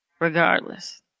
regardless